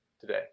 today